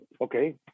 okay